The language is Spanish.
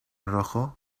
rojo